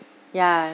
yeah